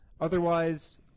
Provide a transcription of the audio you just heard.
Otherwise